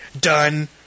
done